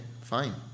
fine